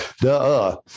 duh